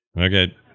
Okay